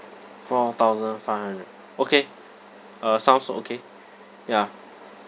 four thousand five hundred okay uh sounds okay ya